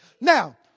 Now